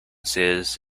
cities